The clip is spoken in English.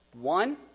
One